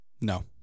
No